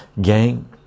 Gang